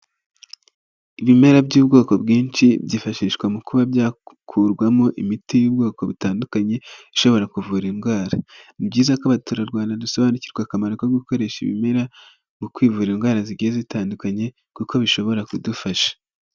Ibimera by'ubwoko bwinshi byifashishwa mu kuba byakurwamo imiti y'ubwoko butandukanye ishobora kuvura indwara. Ni byiza ko abaturarwanda dusobanukirwa akamaro ko gukoresha ibimera mu kwivura indwara zigiye zitandukanye kuko bishobora kudufasha.